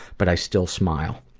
but i still smile.